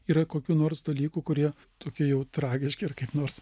yra kokių nors dalykų kurie tokie jau tragiški ar kaip nors